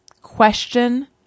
Question